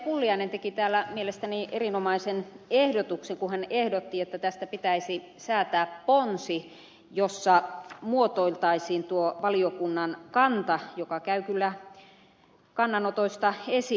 pulliainen teki täällä mielestäni erinomaisen ehdotuksen kun hän ehdotti että tästä pitäisi säätää ponsi jossa muotoiltaisiin tuo valiokunnan kanta ja se käy kyllä kannanotoista esiin